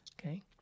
okay